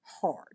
hard